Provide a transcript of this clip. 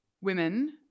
women